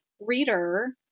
reader